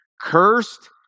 Cursed